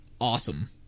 awesome